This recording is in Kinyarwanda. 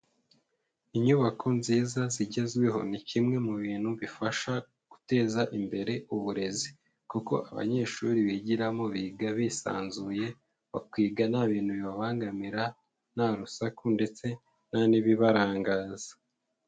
Inyubako nziza zigezweho ni kimwe mu bintu bifasha guteza imbere uburezi kuko abanyeshuri bigiramo biga bisanzuye, bakiga nta bintu bibabangamira, nta rusaku ndetse nta n'ibibarangaza.